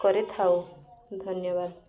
କରିଥାଉ ଧନ୍ୟବାଦ